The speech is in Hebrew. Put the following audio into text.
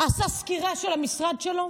עשה סקירה של המשרד שלו,